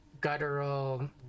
guttural